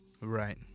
right